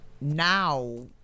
now